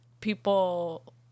people